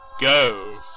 go